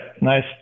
Nice